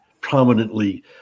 prominently